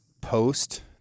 post